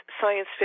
science